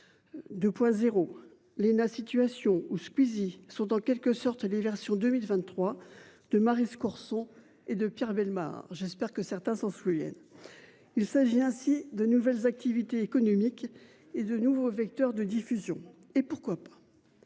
2.0. Léna situations où se cuise, ils sont en quelque sorte les versions 2023 de Maryse Corson et de Pierre Bellemare. J'espère que certains s'en souviennent. Il s'agit ainsi de nouvelles activités économiques et de nouveaux vecteurs de diffusion et pourquoi pas.